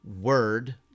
word